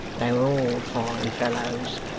they were all fine fellows